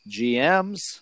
GMs